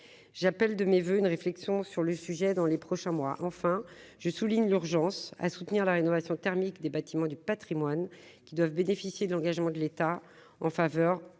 j'appelle de mes voeux une réflexion sur le sujet dans les prochains mois, enfin je souligne l'urgence à soutenir la rénovation thermique des bâtiments du Patrimoine qui doivent bénéficier de l'engagement de l'État en faveur